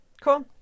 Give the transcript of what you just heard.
cool